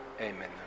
Amen